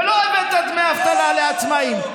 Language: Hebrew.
ולא הבאת דמי אבטלה לעצמאים.